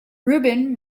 rubin